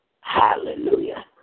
Hallelujah